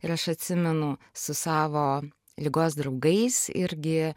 ir aš atsimenu su savo ligos draugais irgi